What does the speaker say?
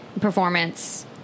performance